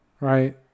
right